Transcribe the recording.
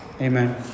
Amen